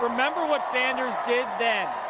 ah member what sanders did then,